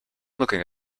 looking